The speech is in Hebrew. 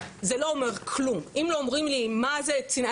אנחנו קבענו SLA למרות שיש אצלנו כל כך מעט אנשים שעוסקים בחשיפה,